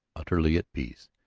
utterly at peace.